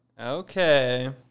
Okay